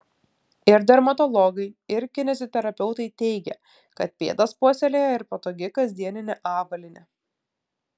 ir dermatologai ir kineziterapeutai teigia kad pėdas puoselėja ir patogi kasdieninė avalynė